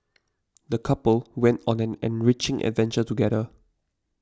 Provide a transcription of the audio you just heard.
the couple went on an enriching adventure together